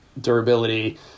durability